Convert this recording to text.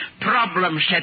problems